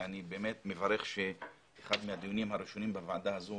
ואני מברך שאחד מהדיונים הראשונים בוועדה הזאת